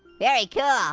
very cool. ah